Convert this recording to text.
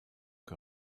que